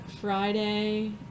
Friday